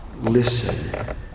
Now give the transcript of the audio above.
listen